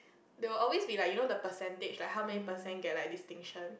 they will always be like you know the percentage like how many percent get like distinction